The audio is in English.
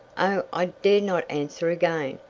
i dared not answer again.